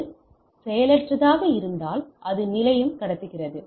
அது செயலற்றதாக இருந்தால் அது நிலையம் கடத்துகிறது